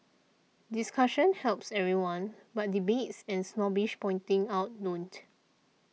discussion helps everyone but debates and snobbish pointing out don't